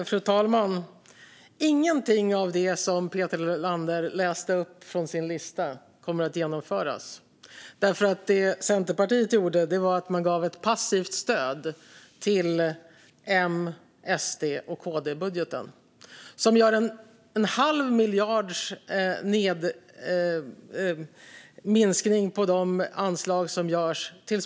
Fru talman! Ingenting av det som Peter Helander läste upp från sin lista kommer att genomföras, därför att det som Centerpartiet gjorde var att man gav ett passivt stöd till M-SD-KD-budgeten. Det innebär en minskning med en halv miljard kronor av anslagen till småföretagen och ett bättre företagsklimat.